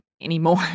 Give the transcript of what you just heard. anymore